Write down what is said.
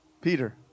Peter